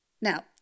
Now